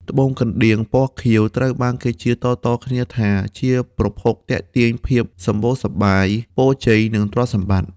ត្បូងកណ្តៀងពណ៌ខៀវ ត្រូវបានគេជឿតៗគ្នាថា ជាប្រភពទាក់ទាញភាពសម្បូរសប្បាយ ពរជ័យ និងទ្រព្យសម្បត្តិ។